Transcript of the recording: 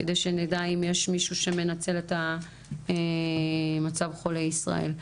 כדי שנדע, אם יש מישהו שמנצל את המצב חולי ישראל.